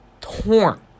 torn